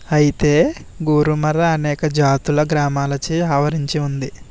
అయితే గురుమర అనేక జాతుల గ్రామాలచే ఆవరించి ఉంది